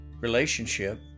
relationship